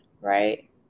right